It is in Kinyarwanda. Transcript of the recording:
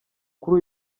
kuri